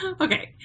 okay